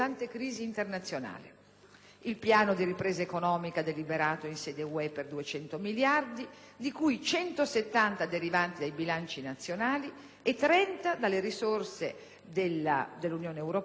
il piano di ripresa economica deliberato in sede di Unione europea per 200 miliardi, di cui 170 derivanti dai bilanci nazionali e 30 dalle risorse della Unione europea e della Banca europea